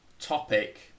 topic